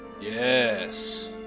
Yes